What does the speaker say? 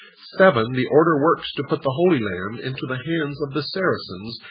seven. the order works to put the holy land into the hands of the saracens,